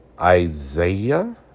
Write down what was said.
Isaiah